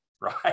right